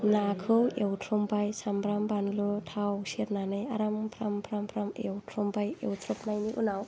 नाखौ एवथ्र'मबाय साम्ब्राम बानलु थाव सेरनानै आराम फ्राम फ्राम एवथ्र'मबाय एवथ्र'बनायनि उनाव